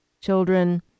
children